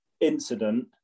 incident